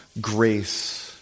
grace